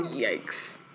Yikes